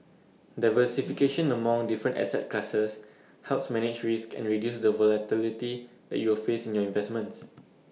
diversification among different asset classes helps manage risk and reduce the volatility that you will face in your investments